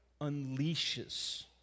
unleashes